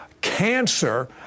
Cancer